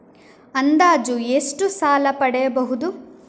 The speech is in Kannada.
ಅಂದಾಜು ಎಷ್ಟು ಸಾಲ ಪಡೆಯಬಹುದು?